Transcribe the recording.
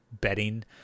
betting